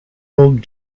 old